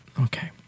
Okay